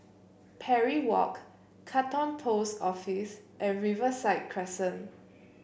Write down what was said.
Parry Walk Katong Post Office and Riverside Crescent